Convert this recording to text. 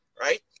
Right